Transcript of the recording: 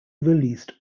released